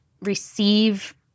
receive